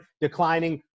declining